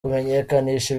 kumenyekanisha